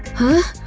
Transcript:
huh?